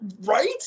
Right